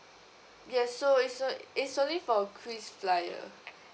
yes so it's so it's only for krisflyer